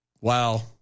Wow